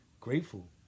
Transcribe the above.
grateful